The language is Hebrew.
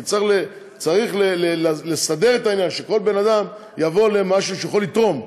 כי צריך לסדר את העניין שכל בן אדם יבוא למשהו שהוא יכול לתרום בו.